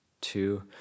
two